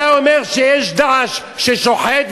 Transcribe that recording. אתה אומר שיש "דאעש" ששוחט,